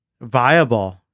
viable